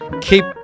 keep